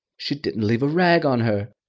she didn't leave a rag on her.